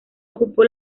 ocupó